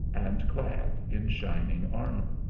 and clad in shining armour.